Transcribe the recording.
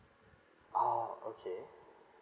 oh okay